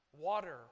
Water